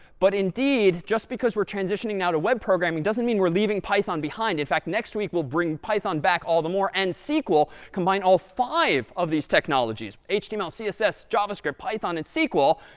but indeed, just because we're transitioning now to web programming, doesn't mean we're leaving python behind. in fact, next week we'll bring python back all the more, and sql, combine all five of these technologies, html, css, javascript, python, and sql,